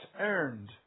earned